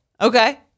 okay